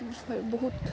বহুত